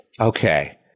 Okay